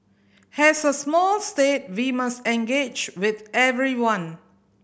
as a small state we must engage with everyone